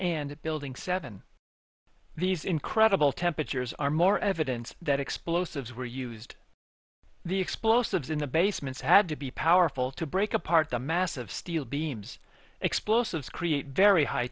that building seven these incredible temperatures are more evidence that explosives were used the explosives in the basements had to be powerful to break apart the massive steel beams explosives create very high